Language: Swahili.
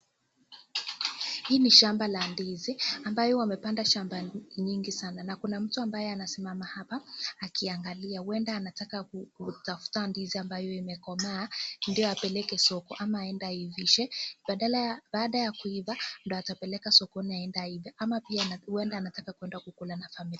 Hii ni shamba la ndizi ambayo wamepanda shamba nyingi sana, na kuna mtu ambaye anasimama hapa akiangalia, huenda anataka kutafuta ndizi ambayo imekomaa ndiyo apeleke soko ama aende aivishe, baada ya kuiva ndo atapeleka sokoni aende auze ama huenda anataka kukula na familia.